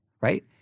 right